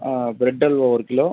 bread halwa ஒரு kilo